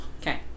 Okay